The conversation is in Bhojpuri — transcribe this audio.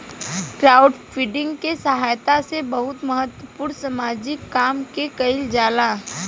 क्राउडफंडिंग के सहायता से बहुत महत्वपूर्ण सामाजिक काम के कईल जाला